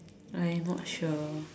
I'm not sure